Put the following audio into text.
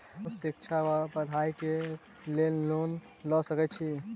हम शिक्षा वा पढ़ाई केँ लेल लोन लऽ सकै छी?